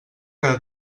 cada